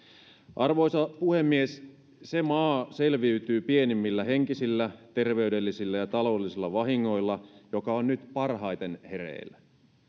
arvoisa puhemies se maa selviytyy pienimmillä henkisillä terveydellisillä ja taloudellisilla vahingoilla joka on nyt parhaiten hereillä